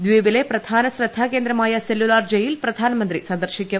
ദ്വീപിലെ പ്രധാന ശ്രദ്ധാകേന്ദ്രമായ സെല്ലുലാർ ജയിൽ പ്രധാനമന്ത്രി സന്ദർശിക്കും